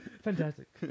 Fantastic